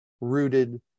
rooted